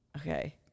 Okay